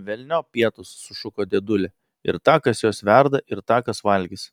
velniop pietus sušuko dėdulė ir tą kas juos verda ir tą kas valgys